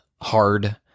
hard